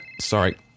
sorry